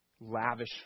lavish